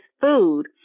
Food